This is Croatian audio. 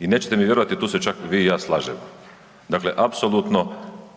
i nećete mi vjerovati, tu se čak vi i ja slažemo. Dakle apsolutno